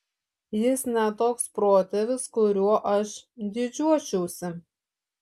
jis ne toks protėvis kuriuo aš didžiuočiausi